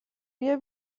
بیا